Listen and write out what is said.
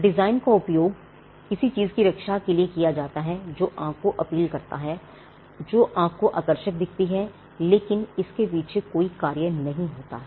design का उपयोग किसी चीज की रक्षा के लिए किया जाता है जो आंख को अपील करता है जो आंख को आकर्षक दिखती है लेकिन इसके पीछे कोई कार्य नहीं होता है